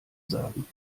sagen